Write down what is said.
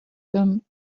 them